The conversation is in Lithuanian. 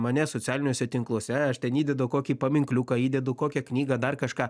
mane socialiniuose tinkluose aš ten įdedu kokį paminkliuką įdedu kokią knygą dar kažką